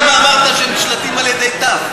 למה אמרת שהם נשלטים על-ידי ת'?